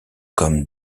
comme